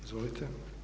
Izvolite.